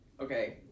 Okay